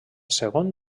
segon